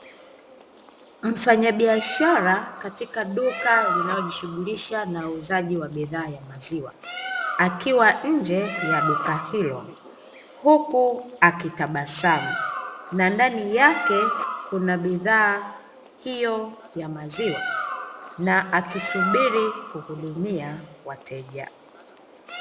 Mfanyabiashara katika duka linalojishughulisha na uuzaji wa bidhaa ya maziwa, akiwa nje ya duka hilo huku akitabasamu na ndani yake kuna bidhaa hiyo ya maziwa na akisubiri kuhudumia wateja.